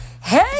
hey